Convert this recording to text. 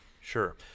Sure